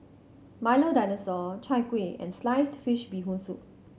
Milo Dinosaur Chai Kuih and sliced fish Bee Hoon Soup